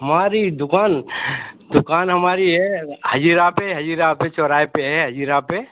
हमारी दुकान दुकान हमारी है हज़िरा पर हज़िरा पर चौराहे पर है हज़िरा पर